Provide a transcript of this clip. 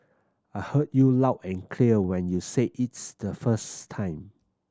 I heard you loud and clear when you said its the first time